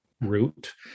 route